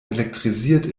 elektrisiert